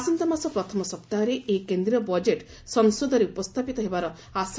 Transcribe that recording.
ଆସନ୍ତାମାସ ପ୍ରଥମ ସପ୍ତାହରେ ଏହି କେନ୍ଦ୍ରୀୟ ବଜେର୍ଟ୍ ସଂସଦରେ ଉପସ୍ଥାପିତ ହେବାର ଆଶା